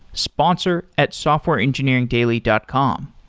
sponsor at softwareengineeringdaily dot com.